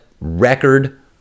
Record